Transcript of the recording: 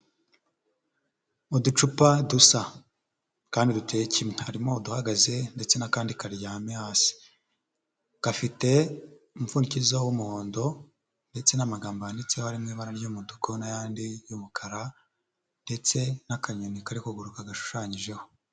Uducupa dusa kandi duteye kimwe, harimo uduhagaze ndetse n'akandi karyame hasi, gafite umupfundikizo w'umuhondo ndetse n'amagambo yanditseho, harimo ibara ry'umutuku n'ayandi y'umukara ndetse n'akanyoni kari gururuka gashushanyijeho.